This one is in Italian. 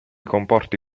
comporti